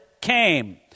came